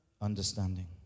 understanding